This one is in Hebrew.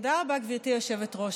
תודה רבה, גברתי היושבת-ראש.